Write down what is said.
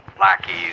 lackeys